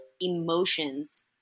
emotions